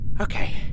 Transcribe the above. Okay